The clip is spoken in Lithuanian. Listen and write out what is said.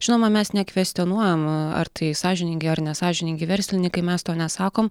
žinoma mes nekvestionuojam ar tai sąžiningi ar nesąžiningi verslininkai mes to nesakom